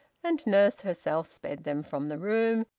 and nurse herself sped them from the room,